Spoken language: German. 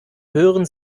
hören